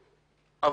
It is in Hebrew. יש